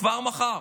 כבר מחר,